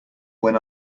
when